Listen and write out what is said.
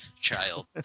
child